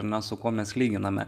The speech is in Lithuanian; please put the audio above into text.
na su kuo mes lyginame